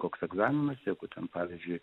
koks egzaminas jeigu ten pavyzdžiui